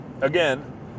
again